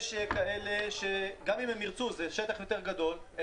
יש כאלה שגם אם הם ירצו לולים יותר גדולים הם